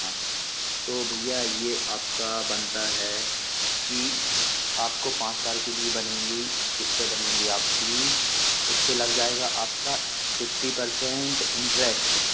हाँ तो भैया यह आपका बनता है कि आपको पाँच साल के लिए बनेंगी क़िस्तें बनेंगी आपकी इस पर लग जाएगा आपका फ़िफ़्टी परसेंट इन्ट्रेस्ट